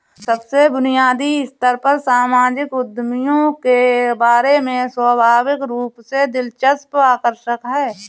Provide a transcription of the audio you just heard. सबसे बुनियादी स्तर पर सामाजिक उद्यमियों के बारे में स्वाभाविक रूप से दिलचस्प आकर्षक है